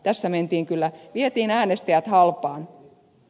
tässä vietiin äänestäjät halpaan